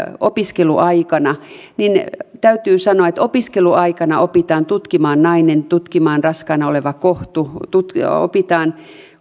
opiskeluaikana täytyy sanoa että opiskeluaikana opitaan tutkimaan nainen tutkimaan raskaana oleva kohtu opitaan